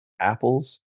apples